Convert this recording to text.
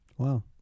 Wow